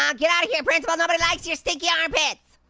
um get out of here principal. nobody likes your stinky armpits.